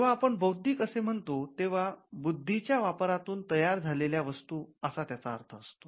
जेव्हा आपण बौद्धीक असे म्हणतो तेव्हा बुद्धीच्या वापरातून तयार झालेल्या वस्तू असा त्याचा अर्थ असतो